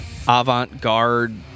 avant-garde